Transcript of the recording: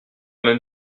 même